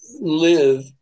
live